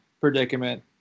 predicament